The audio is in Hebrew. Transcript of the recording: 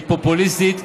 היא פופוליסטית,